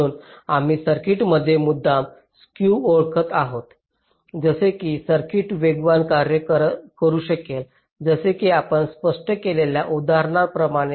म्हणून आम्ही सर्किटमध्ये मुद्दाम स्क्यू ओळखत आहोत जसे की सर्किट वेगवान कार्य करू शकेल जसे की आपण स्पष्ट केलेल्या उदाहरणांप्रमाणे